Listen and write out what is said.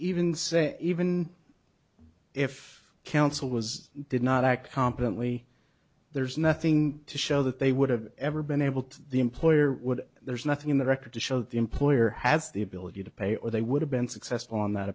say even if counsel was did not act competently there's nothing to show that they would have ever been able to the employer would there's nothing in the record to show the employer has the ability to pay or they would have been successful on that